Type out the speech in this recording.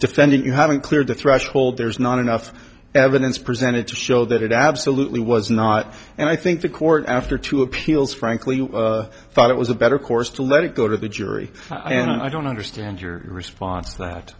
you haven't cleared the threshold there's not enough evidence presented to show that it absolutely was not and i think the court after two appeals frankly thought it was a better course to let it go to the jury i and i don't understand your response that